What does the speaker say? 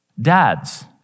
Dads